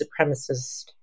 supremacist